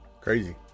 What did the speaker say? Crazy